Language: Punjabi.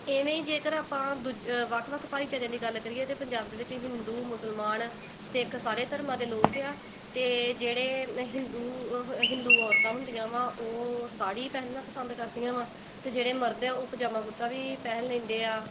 ਇਵੇਂ ਹੀ ਜੇਕਰ ਆਪਾਂ ਦੂਜੇ ਵੱਖ ਵੱਖ ਭਾਈਚਾਰਿਆਂ ਦੀ ਗੱਲ ਕਰੀਏ ਤਾਂ ਪੰਜਾਬ ਦੇ ਵਿੱਚ ਹਿੰਦੂ ਮੁਸਲਮਾਨ ਸਿੱਖ ਸਾਰੇ ਧਰਮਾਂ ਦੇ ਲੋਕ ਆ ਅਤੇ ਜਿਹੜੇ ਹਿੰਦੂ ਹਿੰਦੂ ਔਰਤਾਂ ਹੁੰਦੀਆਂ ਵਾਂ ਉਹ ਸਾੜੀ ਪਹਿਨਣਾ ਪਸੰਦ ਕਰਦੀਆਂ ਵਾਂ ਅਤੇ ਜਿਹੜੇ ਮਰਦ ਹੈ ਉਹ ਪਜਾਮਾ ਕੁੜਤਾ ਵੀ ਪਹਿਨ ਲੈਂਦੇ ਆ